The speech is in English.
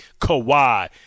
Kawhi